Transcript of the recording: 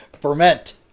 Ferment